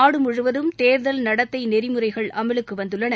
நாடுமுழுவதும் தேர்தல் நடத்தை நெறிமுறைகள் அமலுக்கு வந்துள்ளன